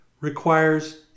requires